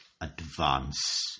advance